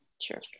sure